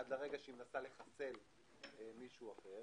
עד לרגע שהיא מנסה לחסל מישהו אחר.